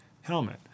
helmet